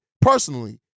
personally